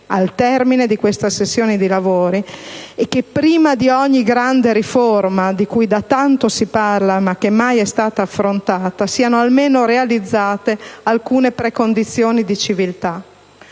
al termine di questa sessione dei lavori e che prima di ogni grande riforma, di cui da tanto si parla, ma che mai è stata affrontata, siano almeno realizzate alcune precondizioni di civiltà.